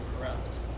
corrupt